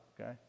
okay